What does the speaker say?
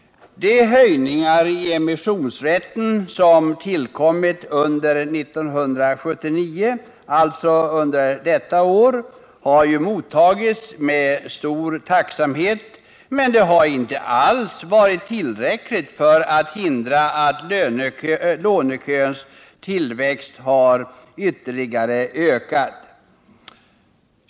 De höjningar av emissionsrätten som tillkommit under 1979 har mottagits med tacksamhet, men de har inte alls varit tillräckliga för att hindra att lånekön tillväxt ytterligare.